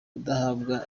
badahabwa